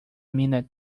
minute